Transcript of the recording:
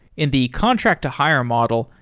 in the contract to hire model,